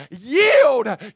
yield